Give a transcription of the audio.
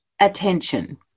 attention